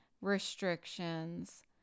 restrictions